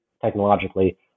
technologically